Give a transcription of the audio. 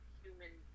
human